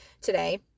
today